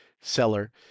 seller